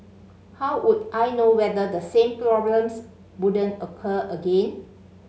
how would I know whether the same problems wouldn't occur again